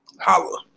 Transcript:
Holla